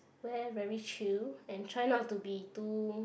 wear very chill and try not to be too